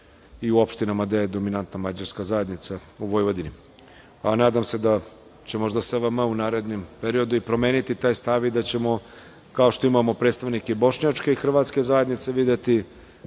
i u opštinama gde je dominantna Mađarska zajednica u Vojvodini. Nadam se da će možda SVM u narednom periodu i promeniti taj stav i da ćemo, kao što imamo predstavnike Bošnjačke i Hrvatske zajednice, videti